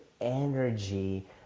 energy